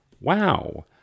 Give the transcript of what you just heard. Wow